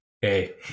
hey